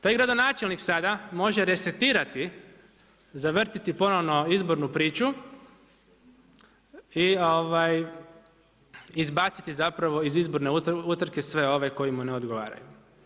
Taj gradonačelnik sada može resetirati, zavrtiti ponovo izbornu priču i izbaciti iz izborne utrke sve ove koji mu ne odgovaraju.